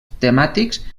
temàtics